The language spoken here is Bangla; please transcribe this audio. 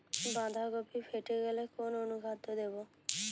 বাঁধাকপি ফেটে গেলে কোন অনুখাদ্য দেবো?